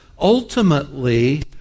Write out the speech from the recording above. Ultimately